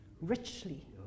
richly